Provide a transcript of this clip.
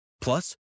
Plus